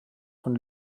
von